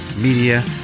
media